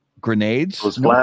Grenades